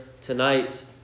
tonight